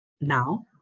now